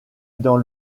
dans